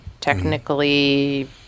technically